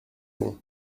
bon